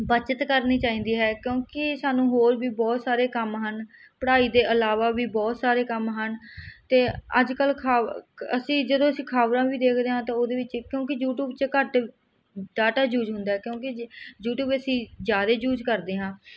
ਬਚਤ ਕਰਨੀ ਚਾਹੀਦੀ ਹੈ ਕਿਉਂਕਿ ਸਾਨੂੰ ਹੋਰ ਵੀ ਬਹੁਤ ਸਾਰੇ ਕੰਮ ਹਨ ਪੜ੍ਹਾਈ ਦੇ ਇਲਾਵਾ ਵੀ ਬਹੁਤ ਸਾਰੇ ਕੰਮ ਹਨ ਅਤੇ ਅੱਜ ਕੱਲ੍ਹ ਖ ਅਸੀਂ ਜਦੋਂ ਅਸੀਂ ਖਬਰਾਂ ਵੀ ਦੇਖਦੇ ਹਾਂ ਤਾਂ ਉਹਦੇ ਵਿੱਚ ਕਿਉਂਕਿ ਯੂਟੀਊਬ 'ਚ ਘੱਟ ਡਾਟਾ ਯੂਜ ਹੁੰਦਾ ਕਿਉਕਿ ਜੀ ਯੂਟੀਊਬ ਅਸੀਂ ਜ਼ਿਆਦਾ ਯੂਜ ਕਰਦੇ ਹਾਂ